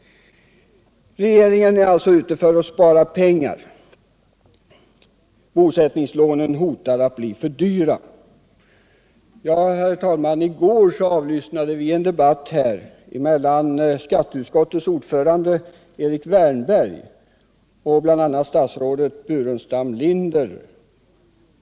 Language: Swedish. Regeringen är alltså ute för att spara pengar, och bosättningslånen hotar att bli för dyra. I går, herr talman, avlyssnade vi en debatt här mellan skatteutskottets ordförande Erik Wärnberg och bland andra statsrådet Staffan Burenstam Linder.